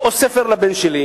או ספר לבן שלי,